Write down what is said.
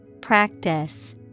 Practice